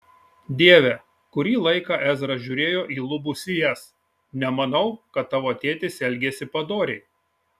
dieve kurį laiką ezra žiūrėjo į lubų sijas nemanau kad tavo tėtis elgėsi padoriai